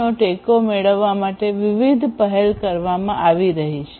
નો ટેકો મેળવવા માટે વિવિધ વિવિધ પહેલ કરવામાં આવી છે